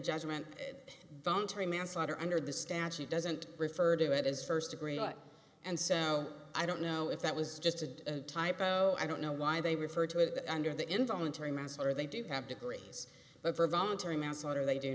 judgment voluntary manslaughter under the statute doesn't refer to it as first degree and so i don't know if that was just a typo i don't know why they refer to it under the involuntary manslaughter they do have degrees but for voluntary manslaughter they do